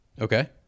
Okay